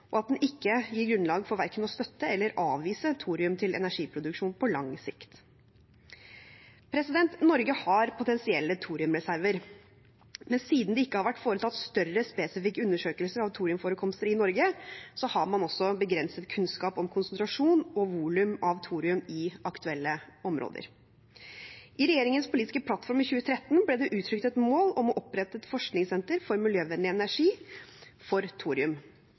og at den ikke gir grunnlag for verken å støtte eller avvise thorium til energiproduksjon på lang sikt. Norge har potensielle thoriumreserver, men siden det ikke har vært foretatt større, spesifikke undersøkelser av thoriumforekomster i Norge, har man begrenset kunnskap om konsentrasjon og volum av thorium i aktuelle områder. I regjeringens politiske plattform i 2013 ble det uttrykt et mål om å opprette et forskningssenter for miljøvennlig energi for